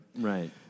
Right